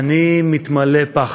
אני מתמלא פחד,